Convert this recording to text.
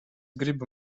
gribu